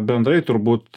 bendrai turbūt